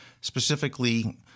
specifically